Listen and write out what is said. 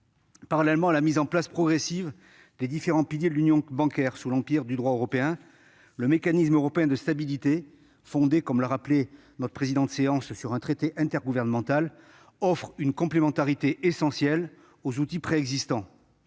Parallèlement à la mise en place progressive des différents piliers de l'Union bancaire sous l'empire du droit européen, le Mécanisme européen de stabilité, fondé sur un traité intergouvernemental, offre une complémentarité essentielle aux outils préexistants.